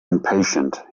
impatient